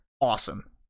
awesome